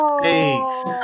Thanks